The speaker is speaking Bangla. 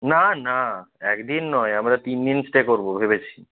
না না এক দিন নয় আমরা তিন দিন স্টে করব ভেবেছি